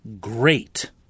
great